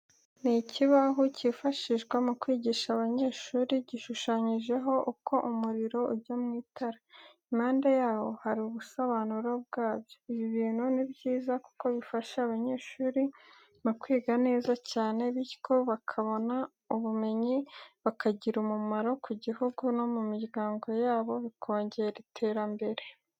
Ni ikibaho cyifashishwa mukwigisha abanyeshuri, gishushanyijeho uko umuriro ujya mu itara. Impande yaho, hari n'ubusobanuro bwabyo, ibi bintu ni byiza kuko bifasha abanyeshuri mukwiga neza cyane. Bityo bakabona ubumenyi bakagira umumaro ku gihugu no mu miryango yabo bikongera iterambere.